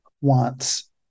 wants